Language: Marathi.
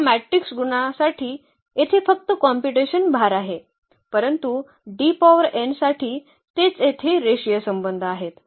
या मॅट्रिक्स गुणासाठी येथे फक्त कॉम्प्युटेशन भार आहे परंतु D पॉवर n साठी तेच येथे रेषीय संबंध आहेत